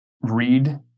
read